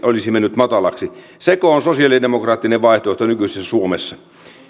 olisi mennyt matalaksi sekö on sosialidemokraattinen vaihtoehto nykyisessä suomessa